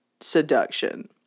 seduction